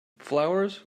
flowers